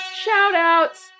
shout-outs